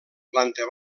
planta